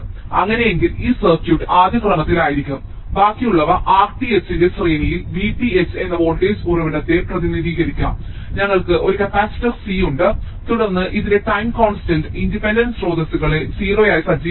അങ്ങനെയെങ്കിൽ ഈ സർക്യൂട്ട് ആദ്യ ക്രമത്തിലായിരിക്കും ബാക്കിയുള്ളവ Rth ന്റെ ശ്രേണിയിൽ Vth എന്ന വോൾട്ടേജ് ഉറവിടത്തെ പ്രതിനിധീകരിക്കാം ഞങ്ങൾക്ക് ഒരു കപ്പാസിറ്റർ C ഉണ്ട് തുടർന്ന് ഇതിന്റെ ടൈം കോൺസ്റ്റന്റ് ഇൻഡിപെൻഡന്റ് സ്രോതസ്സുകളെ 0 ആയി സജ്ജീകരിക്കുന്നു